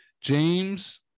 James